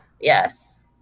Yes